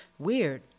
weird